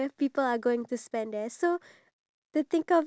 and it's frozen right now be~